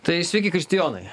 tai sveiki kristijonai